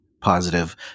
positive